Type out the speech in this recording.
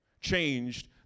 changed